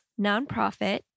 nonprofit